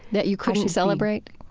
that you couldn't celebrate?